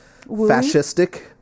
fascistic